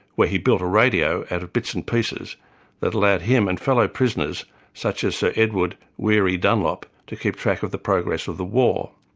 where he built a radio out of bits and pieces that allowed him and fellow prisoners, such as sir edward, weary dunlop to keep track of the progress of the war.